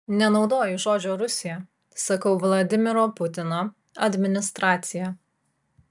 nenaudoju žodžio rusija sakau vladimiro putino administracija